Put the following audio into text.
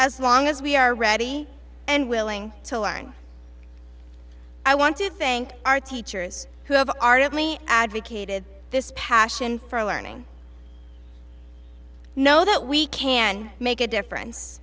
as long as we are ready and willing to learn i want to thank our teachers who have article he advocated this passion for learning know that we can make a difference